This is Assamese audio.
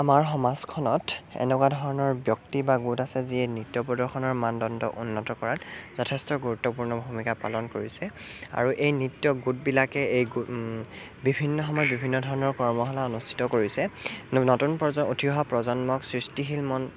আমাৰ সমাজখনত এনেকুৱা ধৰণৰ ব্যক্তি বা গোট আছে যি নৃত্য প্ৰদৰ্শনৰ মানদণ্ড উন্নত কৰাত যথেষ্ট গুৰুত্বপূৰ্ণ ভূমিকা পালন কৰিছে আৰু এই নৃত্য গোটবিলাকে এই গো বিভিন্ন সময় বিভিন্ন ধৰণৰ কৰ্মশলা অনুষ্ঠিত কৰিছে ন নতুন প্ৰজ উঠি অহা প্ৰজন্মক সৃষ্টিশীল মন